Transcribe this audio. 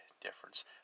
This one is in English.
difference